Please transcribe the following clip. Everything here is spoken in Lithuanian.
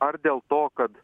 ar dėl to kad